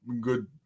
good